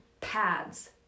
pads